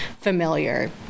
familiar